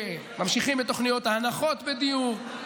ממשיכים את תוכניות ההנחות בדיור.